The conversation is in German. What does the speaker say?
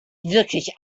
wirklich